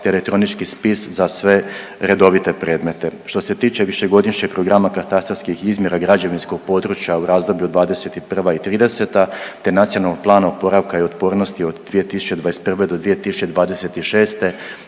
elektronički spis za sve redovite predmete. Što se tiče višegodišnjih programa katastarskih izmjera građevinskog područja u razdoblju '21. i '30. te Nacionalnog plana oporavka i otpornosti 2021.-2026.